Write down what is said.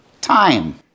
time